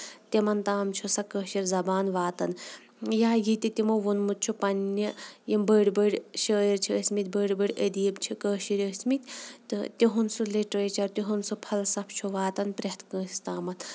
تِمن تام چھِ سۄ کٲشِر زَبان واتان یا ییٚتہِ تِمو ووٚنمُت چھُ پَنٕنہِ یِم بٔڑۍ بٔڑۍ شٲعر چھِ ٲسۍ مٕتۍ بٔڑۍ بٔڑۍ عدیٖب چھِ ٲسۍ مٕتۍ تہٕ تِہنُد سُہ لِٹریچر تِہُند سُہ فَلسفہٕ چھُ واتان پرٮ۪تھ کٲنسہِ تامَتھ